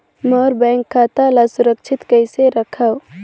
मोर bank खाता ला सुरक्षित कइसे रखव?